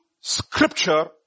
scripture